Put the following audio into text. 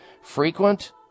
frequent